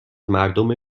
مردم